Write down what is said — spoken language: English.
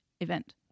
event